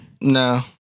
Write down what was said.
No